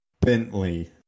Bentley